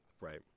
Right